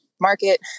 market